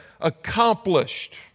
accomplished